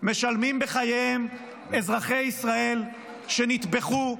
משלמים בחייהם אזרחי ישראל שנטבחו,